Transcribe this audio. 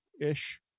ish